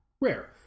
rare